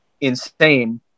insane